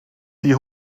die